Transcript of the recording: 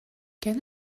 can